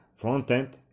frontend